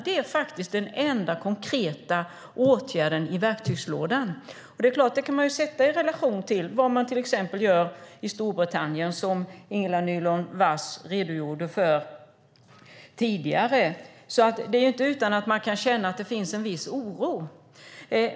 Det är den enda konkreta åtgärden i verktygslådan. Det kan sättas i relation till vad man gör till exempel i Storbritannien, som Ingela Nylund Watz redogjorde för tidigare. Det är inte utan att man kan känna att det finns en viss oro.